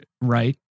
right